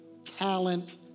talent